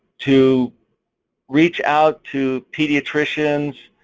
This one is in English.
to reach out to pediatricians